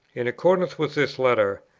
in accordance with this letter,